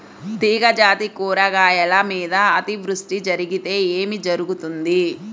తీగజాతి కూరగాయల మీద అతివృష్టి జరిగితే ఏమి జరుగుతుంది?